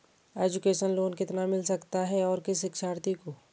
Education loan कितना मिल सकता है और किस शिक्षार्थी को?